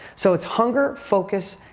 so it's hunger, focus,